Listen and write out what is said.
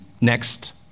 Next